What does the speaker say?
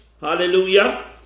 hallelujah